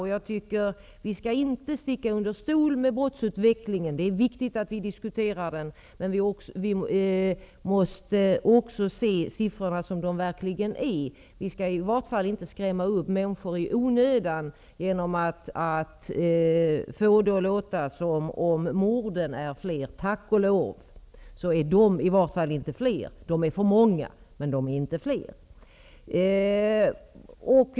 Man skall inte sticka under stol med brottsutvecklingen. Det är viktigt att den diskuteras, men man måste också se siffrorna som de verkligen är. Människor skall inte skrämmas upp i onödan genom att de ges intrycket av att morden är fler. Tack och lov är morden inte fler. De är för många, men de är i vart fall inte fler.